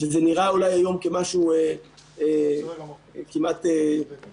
וזה נראה אולי היום כמשהו כמעט חלום,